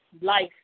life